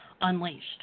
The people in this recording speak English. unleashed